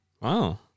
Wow